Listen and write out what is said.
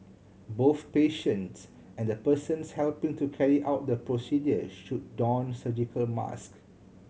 both patients and the persons helping to carry out the procedure should don surgical mask